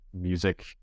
music